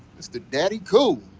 mr. daddy cool.